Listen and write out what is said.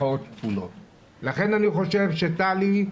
לכן אני חושב טלי,